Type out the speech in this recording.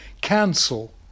cancel